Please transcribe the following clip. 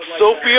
Sophia